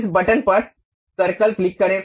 इस button circle पर click करें